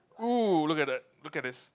!oo! look at that look at this